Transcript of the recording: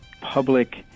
public